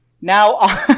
now